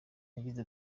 yagize